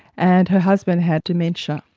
and her husband had dementia.